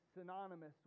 synonymous